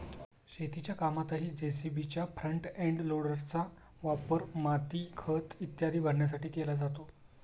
शेतीच्या कामातही जे.सी.बीच्या फ्रंट एंड लोडरचा वापर माती, खत इत्यादी भरण्यासाठी केला जातो